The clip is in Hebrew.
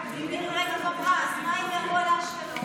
מירי רגב אמרה: אז מה אם ירו על אשקלון.